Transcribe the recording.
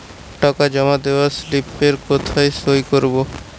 টাকা জমা দেওয়ার স্লিপে কোথায় সই করব?